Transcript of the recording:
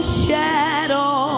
shadow